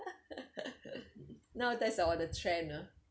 nowadays ah all the trend ah